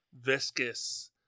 viscous